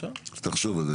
אז תחשוב על זה.